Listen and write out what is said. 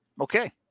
okay